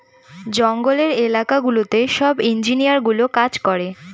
জঙ্গলের এলাকা গুলোতে সব ইঞ্জিনিয়ারগুলো কাজ করে